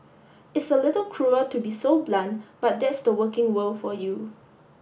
it's a little cruel to be so blunt but that's the working world for you